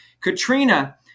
Katrina